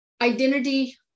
identity